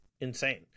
insane